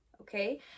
Okay